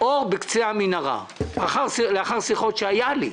אור בקצה המנהרה לאחר שיחות שהיו לי.